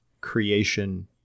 creation